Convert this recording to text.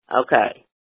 Okay